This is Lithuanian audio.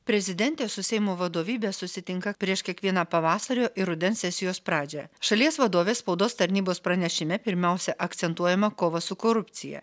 prezidentė su seimo vadovybe susitinka prieš kiekvieną pavasario ir rudens sesijos pradžią šalies vadovės spaudos tarnybos pranešime pirmiausia akcentuojama kova su korupcija